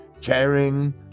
Caring